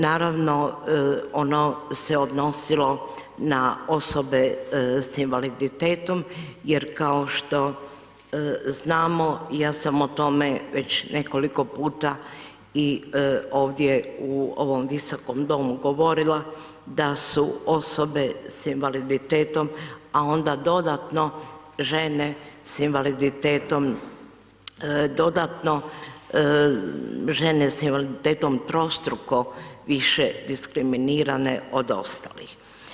Naravno ono se odnosilo na osobe sa invaliditetom jer kao što znamo ja sam o tome već nekoliko puta i ovdje u ovom Visokom domu govorila da su osobe sa invaliditetom a onda dodatno žene s invaliditetom dodatno žene sa invaliditetom trostruko više diskriminirane od ostalih.